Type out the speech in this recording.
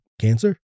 cancer